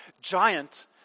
giant